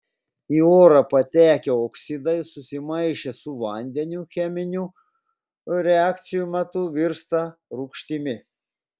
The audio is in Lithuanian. į orą patekę oksidai susimaišę su vandeniu cheminių reakcijų metu virsta rūgštimi